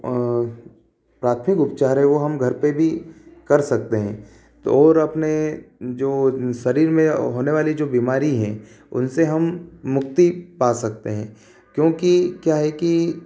प्राथमिक उपचार है वह हम घर पर भी कर सकते हैं तो और अपने जो शरीर में होने वाली जो बीमारी है उनसे हम मुक्ति पा सकते हैं क्योंकि क्या है कि